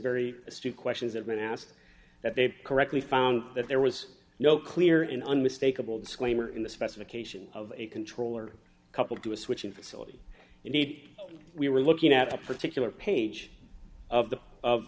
very astute questions have been asked that they correctly found that there was no clear and unmistakable disclaimer in the specification of a controller couple do a switching facility you need we were looking at a particular page of the of